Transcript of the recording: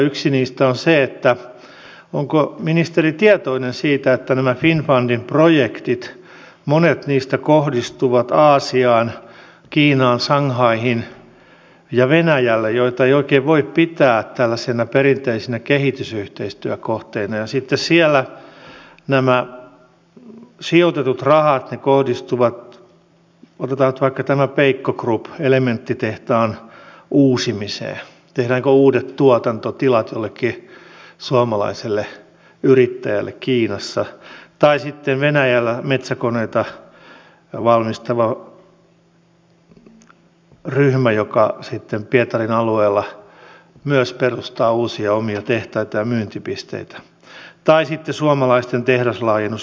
yksi niistä on se onko ministeri tietoinen siitä että nämä finnfundin projektit monet niistä kohdistuvat aasiaan kiinaan shanghaihin ja venäjälle joita ei oikein voi pitää tällaisinä perinteisinä kehitysyhteistyökohteina ja sitten siellä nämä sijoitetut rahat kohdistuvat otetaan nyt vaikka tämä peikko group elementtitehtaan uusimiseen tehdäänkö uudet tuotantotilat jollekin suomalaiselle yrittäjälle kiinassa tai sitten venäjällä metsäkoneita valmistava ryhmä joka sitten pietarin alueella myös perustaa uusia omia tehtaita ja myyntipisteitä tai sitten suomalaisten tehdaslaajennus intiassa